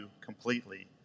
completely